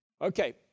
Okay